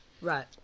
Right